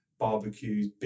barbecues